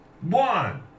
one